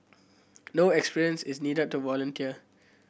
no experience is needed to volunteer